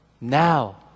now